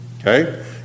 Okay